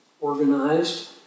organized